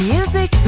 Music